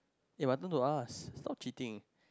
eh my turn to ask stop chitting